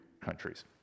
countries